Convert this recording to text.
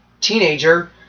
teenager